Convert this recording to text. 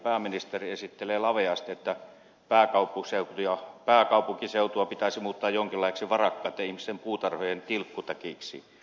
pääministeri esittelee laveasti että pääkaupunkiseutua pitäisi muuttaa jonkinlaiseksi varakkaitten ihmisten puutarhojen tilkkutäkiksi